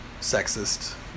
sexist